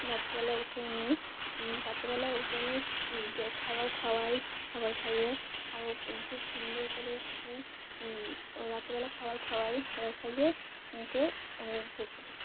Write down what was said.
রাতেবেলা ওকে আমি রাতেবেলা ওকে আমি খাবার খাওয়াই খাবার খাইয়ে আর খুব সুন্দর করে ওকে রাতেবেলা খাবার খাওয়াই খাবার খাইয়ে ওকে রেখে দিই